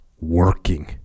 working